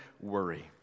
worry